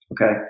Okay